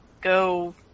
go